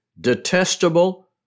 Detestable